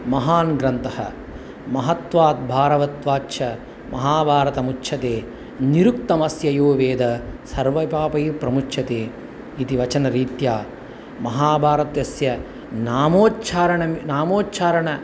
महान् ग्रन्थः महत्वात् भारवत्वाच्च महाभारतमुच्यते निरुक्तमस्य यो वेदः सर्वपापैः प्रमुच्यते इति वचनरीत्या महाभारतस्य नामोच्चारणं नामोच्चारण